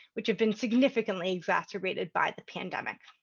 which have been significantly exacerbated by the pandemic.